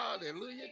Hallelujah